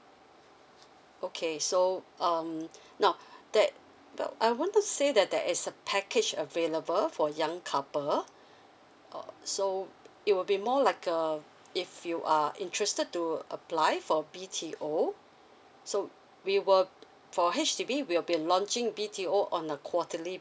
okay so um now that but I want to say that that is a package available for young couple uh so it will be more like a if you are interested to apply for a B_T_O so we will for H_D_B we'll be launching B_T_O on a quarterly